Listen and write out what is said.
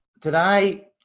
today